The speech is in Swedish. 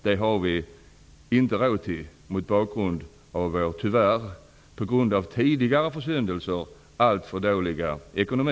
Det har vi inte råd till mot bakgrund av vår på grund av tidigare försyndelser tyvärr alltför dåliga ekonomi.